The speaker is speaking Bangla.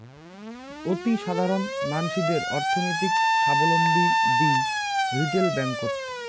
অতিসাধারণ মানসিদের অর্থনৈতিক সাবলম্বী দিই রিটেল ব্যাঙ্ককোত